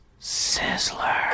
Sizzler